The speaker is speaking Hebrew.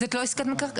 אבל זה לא עסקת מקרקעין.